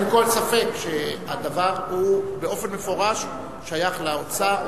אין כל ספק שהדבר הוא באופן מפורש שייך לאוצר,